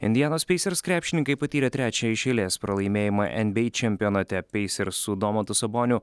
indianos pacers krepšininkai patyrė trečią iš eilės pralaimėjimą nba čempionate pacers ir su domantu saboniu